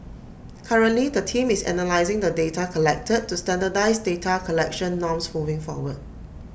currently the team is analysing the data collected to standardise data collection norms moving forward